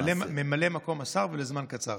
ממלא מקום השר, ולזמן קצר.